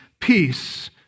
peace